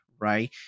right